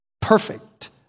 Perfect